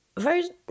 First